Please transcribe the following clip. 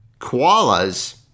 Koalas